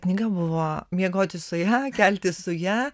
knyga buvo miegoti su ja keltis su ja